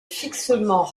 fixement